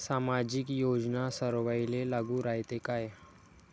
सामाजिक योजना सर्वाईले लागू रायते काय?